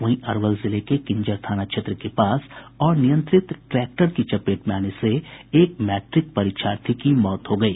वहीं अरवल जिले के किंजर थाना के पास अनियंत्रित ट्रैक्टर की चपेट में आने से एक मैट्रिक परीक्षार्थी की मौत हो गयी